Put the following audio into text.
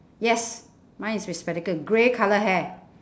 yes mine is with spectacle grey colour hair